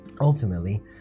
Ultimately